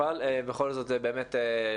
אבל בכל זאת זה באמת מבורך.